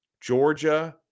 Georgia